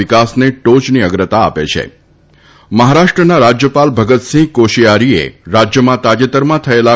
વિકાસન ટોચની અગ્રતા આપ છ મહારાષ્ટ્રના રાજ્યપાલ ભગતસિંહ કોશિયારીએ રાજ્યમાં તાજેતરમાં થયભા